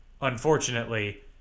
unfortunately